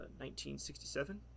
1967